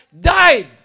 died